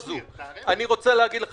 אני רוצה להגיד לך,